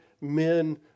men